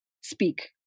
speak